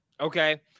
Okay